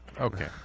Okay